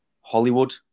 Hollywood